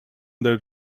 their